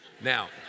Now